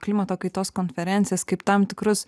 klimato kaitos konferencijas kaip tam tikrus